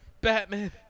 Batman